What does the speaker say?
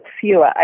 fewer